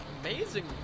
Amazing